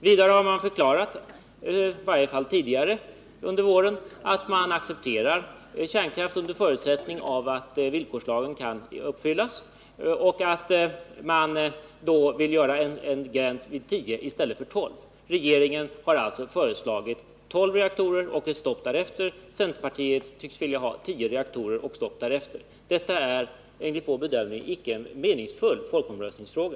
Vidare har centern förklarat, i varje fall tidigare, att man accepterar kärnkraft under förutsättning att villkorslagen kan uppfyllas och att man då vill sätta en gräns vid tio reaktorer i stället för tolv. Regeringen har alltså föreslagit tolv reaktorer och ett stopp därefter, men centerpartiet tycks vilja ha tio reaktorer och stopp därefter. Det är enligt vår bedömning icke en meningsfull folkomröstningsfråga.